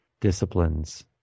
disciplines